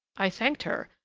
i thanked her,